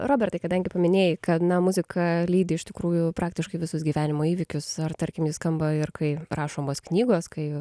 robertai kadangi paminėjai kad na muzika lydi iš tikrųjų praktiškai visus gyvenimo įvykius ar tarkim ji skamba ir kai rašomos knygos kai